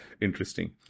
interesting